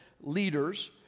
leaders